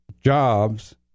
jobs